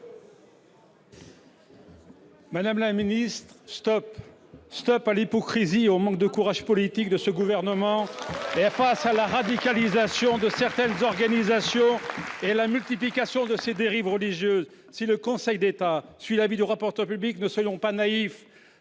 madame la ministre : stop à l'hypocrisie et au manque de courage politique de ce gouvernement face à la radicalisation de certaines organisations et à la multiplication de ces dérives religieuses ! Si le Conseil d'État suit l'avis du rapporteur public, ne soyons pas naïfs,